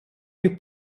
più